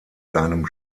seinem